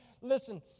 Listen